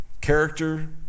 character